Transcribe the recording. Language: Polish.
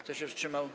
Kto się wstrzymał?